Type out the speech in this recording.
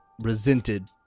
resented